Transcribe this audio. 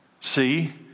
see